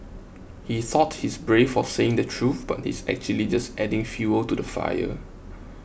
he thought he's brave for saying the truth but he's actually just adding fuel to the fire